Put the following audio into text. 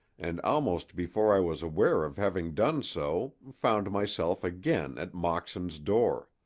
and almost before i was aware of having done so found myself again at moxon's door.